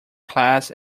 class